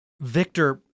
Victor